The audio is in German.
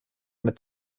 mit